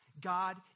God